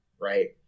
right